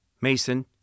Mason